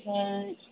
ओमफ्राय